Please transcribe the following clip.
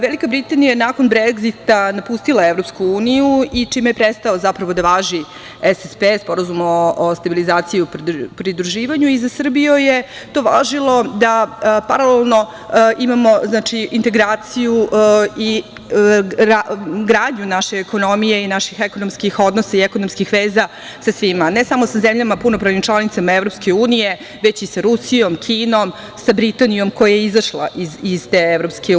Velika Britanija je nakon Bregzita napustila EU i čime je prestao zapravo da važi SPP, Sporazum o stabilizaciji i pridruživanju i za Srbiju je to važilo da paralelno imamo integraciju i gradnju naše ekonomije i naših ekonomskih odnosa i ekonomskih veza sa svima, a ne samo sa zemljama punopravnim članicama EU, već i sa Rusijom, Kinom, sa Britanijom koja je izašla iz te EU.